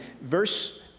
Verse